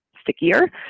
stickier